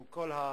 עם כל הדיבורים,